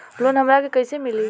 Loan हमरा के कईसे मिली?